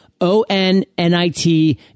O-N-N-I-T